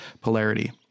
polarity